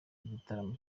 igitaramo